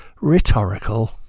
rhetorical